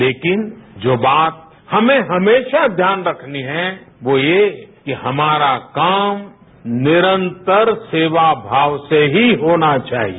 लेकिन जो बात हमें हमेशा ध्यान रखनी है वो ये कि हमारा काम निरंतर सेवा भाव से ही होना चाहिए